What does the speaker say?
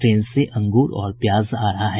train से अंगूर और प्याज आ रहा है